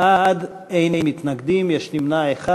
בעד, אין מתנגדים, יש נמנע אחד.